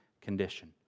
condition